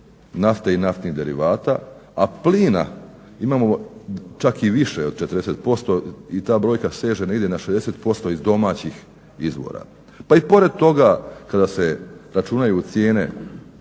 nafte i naftnih derivata, a plina imamo čak i više od 40% i ta brojka seže negdje na 60% iz domaćih izvora. Pa i pored toga kada se računaju cijene,